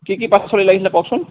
কি কি পাচলি লাগিছিলে কওকচোন